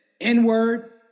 n-word